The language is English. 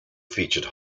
featured